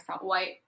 white